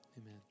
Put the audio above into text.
Amen